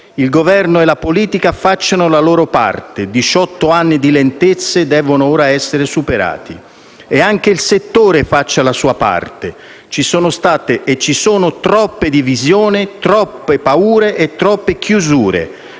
il Governo e la politica facciano la loro parte. Diciotto anni di lentezze devono essere ora superati e occorre che anche il settore faccia la sua parte: ci sono state e ci sono troppe divisioni, troppe paure e troppe chiusure.